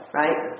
right